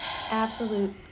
absolute